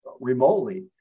remotely